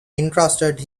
entrusted